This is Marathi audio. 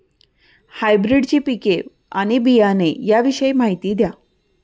हायब्रिडची पिके आणि बियाणे याविषयी माहिती द्या